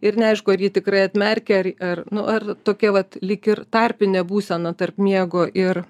ir neaišku ar ji tikrai atmerkia ar ar nu ar tokia vat lyg ir tarpinė būsena tarp miego ir